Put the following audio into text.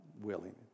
willing